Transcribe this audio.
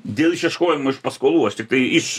dėl išieškojimo iš paskolų aš tiktai iš